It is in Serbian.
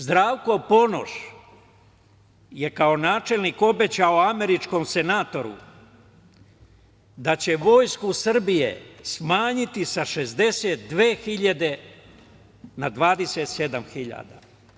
Zdravko Ponoš je kao načelnik obećao američkom senatoru da će vojsku Srbije smanjiti sa 62 hiljade na 27 hiljada.